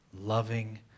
loving